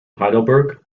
heidelberg